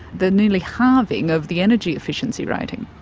the nearly halving of the energy efficiency rating?